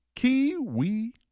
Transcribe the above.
Kiwi